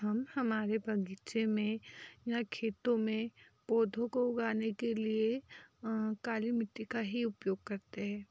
हम हमारे बगीचे में या खेतों में पौधों को उगाने के लिए काली मिट्टी का ही उपयोग करते हैं